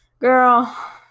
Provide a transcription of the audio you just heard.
girl